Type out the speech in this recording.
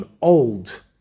old